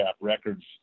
records